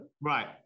right